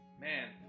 man